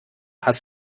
hast